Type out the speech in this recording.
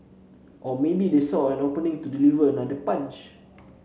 or maybe they saw an opening to deliver another punch